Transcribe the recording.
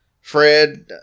Fred